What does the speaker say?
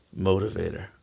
motivator